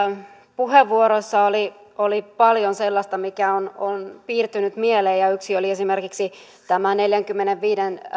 puheenvuoroissa oli oli paljon sellaista mikä on on piirtynyt mieleen ja yksi oli esimerkiksi tämä neljänkymmenenviiden